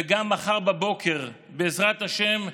וגם מחר בבוקר, בעזרת השם,